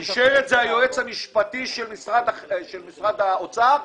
אישר את זה היועץ המשפטי של משרד האוצר,